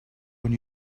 when